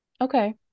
Okay